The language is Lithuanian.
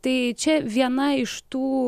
tai čia viena iš tų